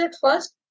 first